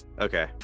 okay